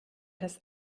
das